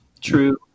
True